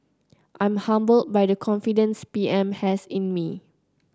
I'm humbled by the confidence P M has in me